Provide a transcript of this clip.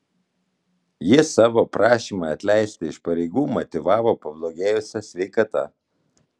jis savo prašymą atleisti iš pareigų motyvavo pablogėjusia sveikata